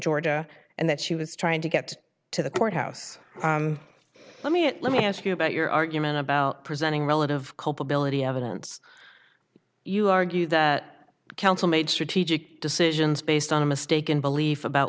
georgia and that she was trying to get to the courthouse let me let me ask you about your argument about presenting relative culpability evidence you argue that counsel made strategic decisions based on a mistaken belief about